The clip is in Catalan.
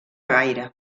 gaire